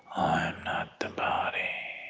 not the body